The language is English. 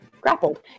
grappled